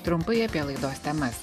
trumpai apie laidos temas